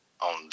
on